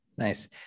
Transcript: Nice